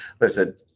listen